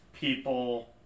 people